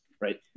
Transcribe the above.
Right